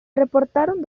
reportaron